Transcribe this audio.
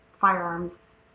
firearms